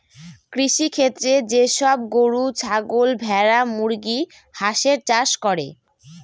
কৃষিক্ষেত্রে যে সব গরু, ছাগল, ভেড়া, মুরগি, হাঁসের চাষ করে